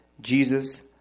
Jesus